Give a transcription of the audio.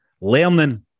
Learning